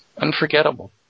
Unforgettable